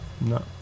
No